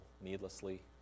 needlessly